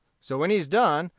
so when he's done,